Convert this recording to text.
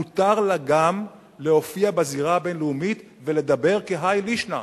מותר לה גם להופיע בזירה הבין-לאומית ולדבר כהאי לישנא.